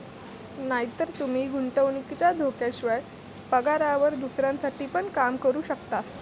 नायतर तूमी गुंतवणुकीच्या धोक्याशिवाय, पगारावर दुसऱ्यांसाठी पण काम करू शकतास